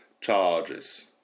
charges